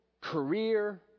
career